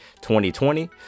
2020